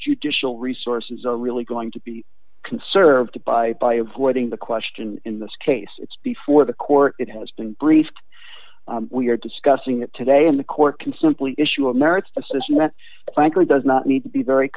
judicial resources are really going to be conserved by by avoiding the question in this case it's before the court it has been briefed we are discussing it today in the court can simply issue a merit assessment flanker does not need to be very